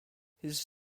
his